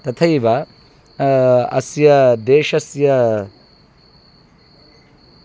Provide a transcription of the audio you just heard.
तथैव अस्य देशस्य